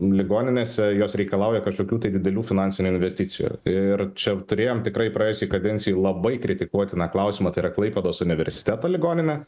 ligoninėse jos reikalauja kažkokių tai didelių finansinių investicijų ir čia turėjom tikrai praėjusioj kadencijoj labai kritikuotiną klausimą tai yra klaipėdos universiteto ligoninė